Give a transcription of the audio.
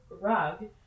rug